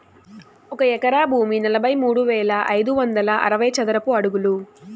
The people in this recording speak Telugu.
ఒక ఎకరా భూమి నలభై మూడు వేల ఐదు వందల అరవై చదరపు అడుగులు